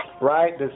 Right